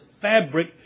fabric